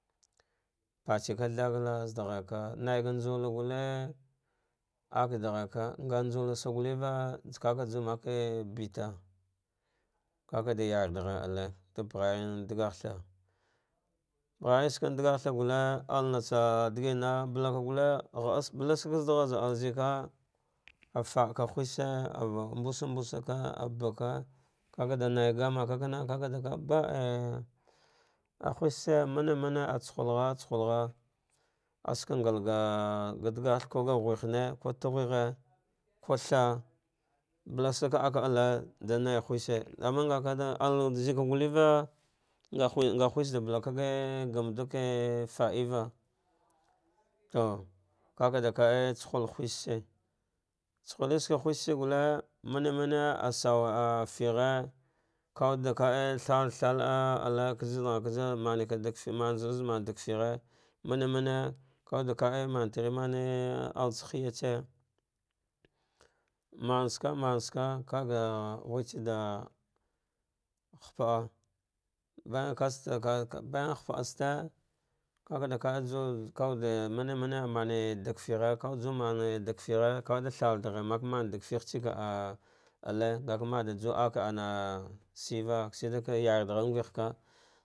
Patheka thgalla zaɗarghaka naiga nsalla gulle ah ane ɗagharka, nga njulla tsaka gulva ka ka ju make beta, ka kaɗa yarva ghar alte ɗa pagharyam ɗagah pagha yartsavan balasava ah fa ɗava ghesa av mbus mbusaka ah baka kakaɗa maigamaka kana kakada nai gammmaka kami kakava ka ba hushi tse mane mane ah tsa ghul gha ahtsa ghul gha, aska ngalga daga tha ko ga ghe hime ko tugheghe ko thau palas aka ka ak alle da naiheshi ama ngaka da allena zeka gutuva nga hushi sla balva ngamɗu ke faɗeva to kaɗa kkaa tsa ghul hushitse, tsahulitsaka hushe tse gulle mane m mane asuwa fighe ka wude kae thalda tha la ah allu kajha vana gh kaja maneka dag fighe maneka mane katsarva ɗa vagfighe mane mane kawude kav maternane all atsa hiyatsa, mansaka mansaka kaga ghutsa ɗa hapaa baya ast bayan hapa aste kakaɗa ju kawude mane mane ɗagfighe kawuɗe mane ɗagtighe kawude tsalghaghar maka mane va fighetse ya alte ngaka mata ahsu de akalle shiyeva ka yardaghar nghehka.